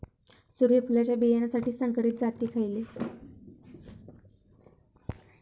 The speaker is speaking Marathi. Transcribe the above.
सूर्यफुलाच्या बियानासाठी संकरित जाती खयले?